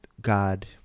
God